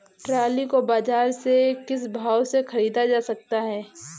Trolley को बाजार से किस भाव में ख़रीदा जा सकता है?